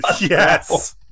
Yes